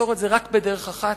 אחת,